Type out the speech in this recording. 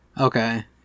okay